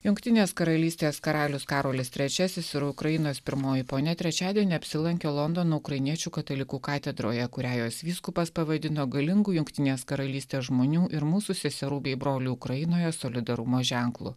jungtinės karalystės karalius karolis trečiasis ir ukrainos pirmoji ponia trečiadienį apsilankė londono ukrainiečių katalikų katedroje kurią jos vyskupas pavadino galingu jungtinės karalystės žmonių ir mūsų seserų bei brolių ukrainoje solidarumo ženklu